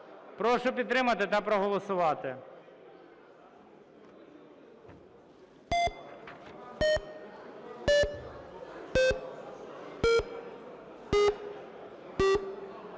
Прошу підтримати та проголосувати.